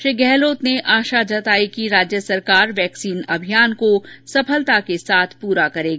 श्री गहलोत ने आशा जताई कि राज्य सरकार वैक्सीन अभियान को सफलता के साथ पूरा करेगी